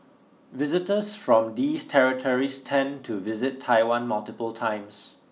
visitors from these territories tend to visit Taiwan multiple times